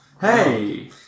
Hey